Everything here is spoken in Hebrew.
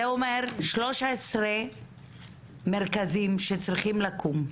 זה אומר 13 מרכזים שצריכים לקום.